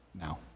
now